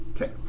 okay